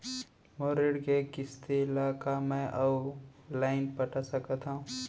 मोर ऋण के किसती ला का मैं अऊ लाइन पटा सकत हव?